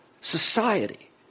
society